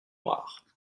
noirs